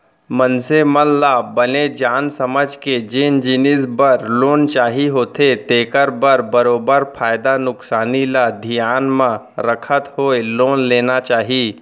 मनसे मन ल बने जान समझ के जेन जिनिस बर लोन चाही होथे तेखर बर बरोबर फायदा नुकसानी ल धियान म रखत होय लोन लेना चाही